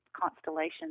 constellations